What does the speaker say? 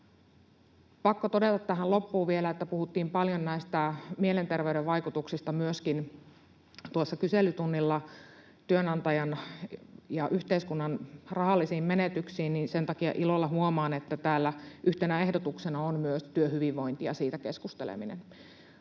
Pakko todeta tähän loppuun vielä, että kun puhuttiin paljon näistä mielenterveyden vaikutuksista myöskin tuossa kyselytunnilla, työnantajan ja yhteiskunnan rahallisista menetyksistä, niin sen takia ilolla huomaan, että täällä yhtenä ehdotuksena on myös työhyvinvointi ja siitä keskusteleminen.